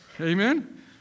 Amen